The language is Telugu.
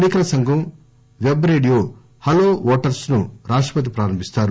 ఎన్నికల సంఘం పెబ్ రేడియో హలో ఓటర్స్ ను రాష్టపతి ప్రారంభిస్తారు